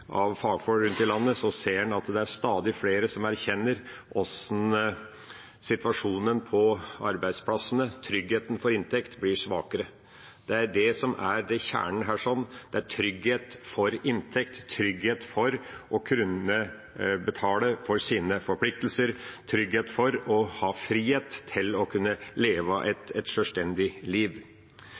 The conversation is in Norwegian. av fagfolk rundt i landet, at man ser at det er stadig flere som erkjenner hvordan situasjonen på arbeidsplassene, tryggheten for inntekt, blir svakere. Det er det som er kjernen her – trygghet for inntekt, trygghet for å kunne betale for sine forpliktelser, trygghet for å ha frihet til å kunne leve et sjølstendig liv.